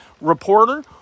reporter